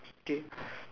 okay